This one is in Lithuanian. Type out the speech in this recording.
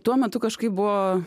tuo metu kažkaip buvo